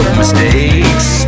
mistakes